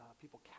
people